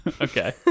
Okay